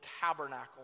tabernacle